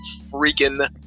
freaking